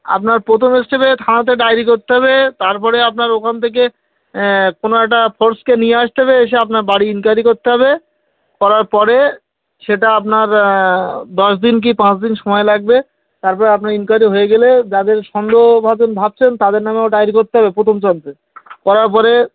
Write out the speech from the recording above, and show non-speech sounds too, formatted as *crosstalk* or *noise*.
আপনার প্রথম স্টেপে থানাতে ডায়েরি করতে হবে তার পরে আপনার ওখান থেকে কোনো একটা ফোর্সকে নিয়ে আসতে হবে এসে আপনার বাড়ি ইনকোয়ারি করতে হবে করার পরে সেটা আপনার দশ দিন কি পাঁচ দিন সময় লাগবে তার পরে আপনার ইনকোয়ারি হয়ে গেলে যাদের সন্দেহভাজন ভাবছেন তাদের নামেও ডায়েরি করতে হবে প্রথম *unintelligible* করার পরে